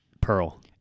Pearl